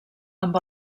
amb